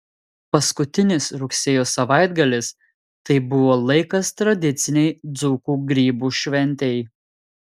paskutinis rugsėjo savaitgalis tai buvo laikas tradicinei dzūkų grybų šventei